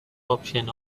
option